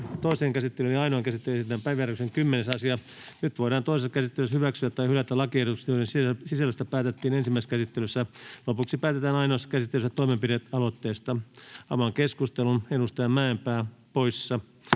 Toiseen käsittelyyn ja ainoaan käsittelyyn esitellään päiväjärjestyksen 10. asia. Nyt voidaan toisessa käsittelyssä hyväksyä tai hylätä lakiehdotukset, joiden sisällöstä päätettiin ensimmäisessä käsittelyssä. Lopuksi päätetään ainoassa käsittelyssä toimenpidealoitteesta. [Speech 260] Speaker: